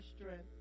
strength